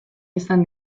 izan